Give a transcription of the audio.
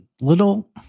little